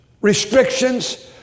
restrictions